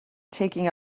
taking